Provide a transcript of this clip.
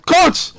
Coach